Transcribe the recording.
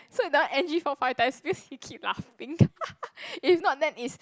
so that one N_G four five times because he keep laughing if not then is